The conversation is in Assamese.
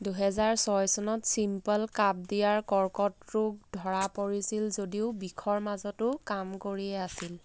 দুহেজাৰ ছয় চনত ছিম্পল কাপডিয়াৰ কৰ্কট ৰোগ ধৰা পৰিছিল যদিও বিষৰ মাজতো কাম কৰিয়ে আছিল